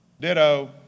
Ditto